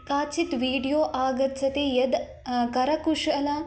काचित् वीडियो आगच्छति यद् करकुशलः